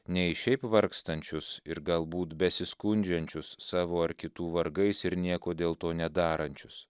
nei į šiaip vargstančius ir galbūt besiskundžiančius savo ar kitų vargais ir nieko dėl to nedarančius